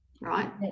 right